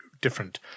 different –